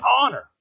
honor